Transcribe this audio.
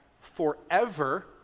forever